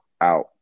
out